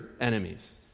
enemies